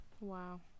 Wow